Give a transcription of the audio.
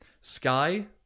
Sky